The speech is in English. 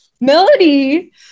Melody